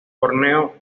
borneo